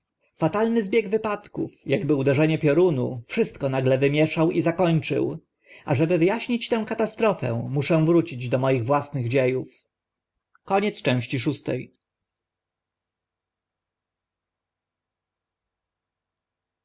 fatalny zbieg wypadków akby uderzenie piorunu wszystko nagle zamieszał i zakończył ażeby wy aśnić tę katastrofę muszę wrócić do moich własnych dzie